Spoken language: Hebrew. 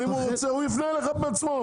אם הוא ירצה, הוא יפנה אליך בעצמו.